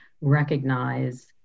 recognize